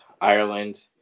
Ireland